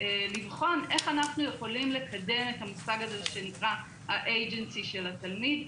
לבחון איך אנחנו יכולים לקדם את המושג הזה שנקרא "האייג'נסי" של התלמיד.